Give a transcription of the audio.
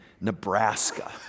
Nebraska